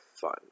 fun